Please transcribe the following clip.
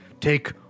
take